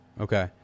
Okay